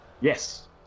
Yes